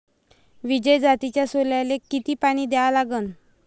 विजय जातीच्या सोल्याले किती पानी द्या लागन?